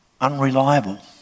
Unreliable